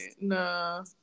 Nah